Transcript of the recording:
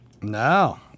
No